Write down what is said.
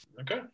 Okay